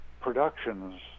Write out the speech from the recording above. productions